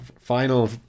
final